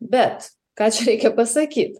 bet ką čia reikia pasakyti